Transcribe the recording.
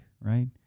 Right